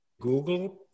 Google